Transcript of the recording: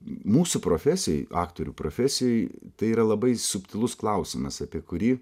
mūsų profesijoj aktorių profesijoj tai yra labai subtilus klausimas apie kurį